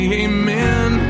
amen